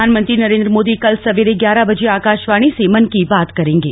प्रधानमंत्री नरेन्द्र मोदी कल सवेरे ग्यारह बजे आकाशवाणी से मन की बात करेंगे